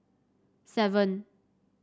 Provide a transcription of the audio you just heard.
seven